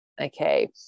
Okay